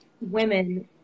women